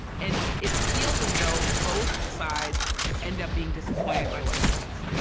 and it feels as though both sides end up being disappointed by what he does.